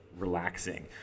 relaxing